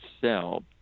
cell